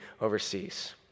overseas